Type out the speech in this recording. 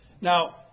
Now